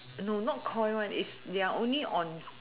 no not koi one is they're only on